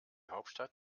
hauptstadt